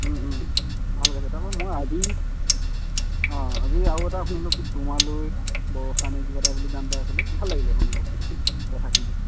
ভাল গাইছে তাৰপৰা মই আজি অঁ আজি আৰু এটা শুনিলোঁ কি তোমালৈ বৰষা নে কিবা এটা বুলি গান এটা আছিলে ভাল লাগিলে শুনিবলৈ কথাখিনি